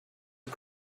and